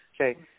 Okay